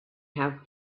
have